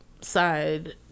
Side